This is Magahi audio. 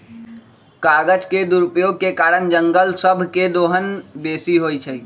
कागज के दुरुपयोग के कारण जङगल सभ के दोहन बेशी होइ छइ